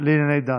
לענייני דת.